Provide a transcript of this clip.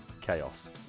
Chaos